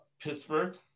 Pittsburgh